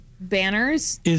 banners